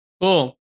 Cool